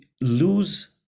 lose